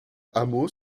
hameaux